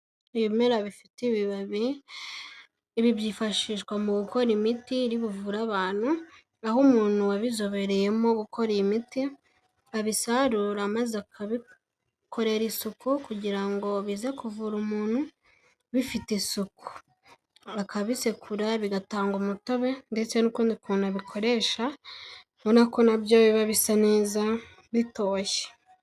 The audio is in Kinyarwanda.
Ibimera bifite ibibabi, ibi byifashishwa mu gukora imiti iri buvure abantu, aho umuntu wabizobereyemo gukora iyi imiti, abisarura maze akabikorera isuku kugira ngo bize kuvura umuntu bifite isuku, akabisekura bigatanga umutobe ndetse n'ukundi kuntu abikoresha ubona ko nabyo biba bisa neza bitoshye.